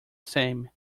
same